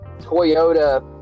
Toyota